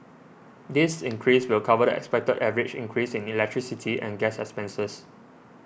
this increase will cover the expected average increase in electricity and gas expenses